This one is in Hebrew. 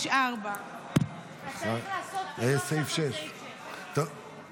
1354. אתה צריך לעשות הצבעה על סעיף 6 כנוסח הוועדה.